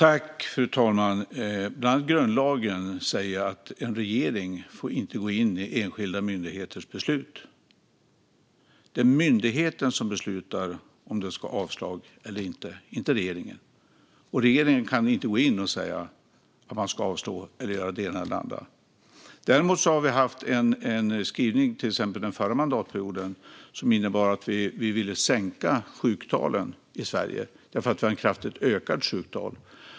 Fru talman! Grundlagen säger att en regering inte får gå in i enskilda myndigheters beslut. Det är myndigheten som beslutar om det ska avslås eller inte, inte regeringen. Regeringen kan inte gå in och säga att myndigheten ska göra si eller så. Under förra mandatperioden hade regeringen dock en skrivning om att sänka sjuktalen i Sverige eftersom vi har kraftigt ökade sjuktal.